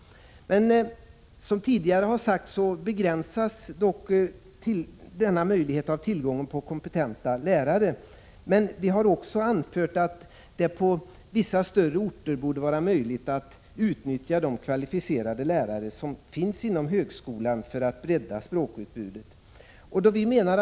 Dessa möjligheter begränsas dock, som tidigare sagts, av tillgången på kompetenta lärare. På vissa större orter borde det vara möjligt att utnyttja de kvalificerade lärare som finns inom högskolan för att bredda språkutbudet.